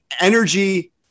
energy